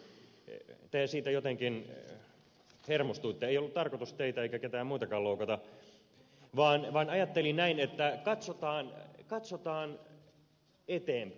ei ollut tarkoitus teitä eikä keitään muitakaan loukata vaan ajattelin näin että katsotaan eteenpäin